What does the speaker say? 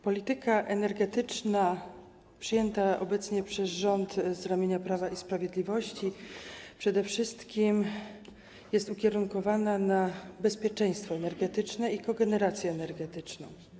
Polityka energetyczna przyjęta obecnie przez rząd z ramienia Prawa i Sprawiedliwości przede wszystkim jest ukierunkowana na bezpieczeństwo energetyczne i kogenerację energetyczną.